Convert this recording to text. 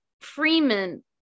Freeman